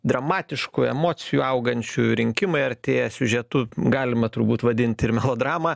dramatišku emocijų augančiu rinkimai artėja siužetu galima turbūt vadinti ir melodrama